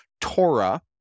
Torah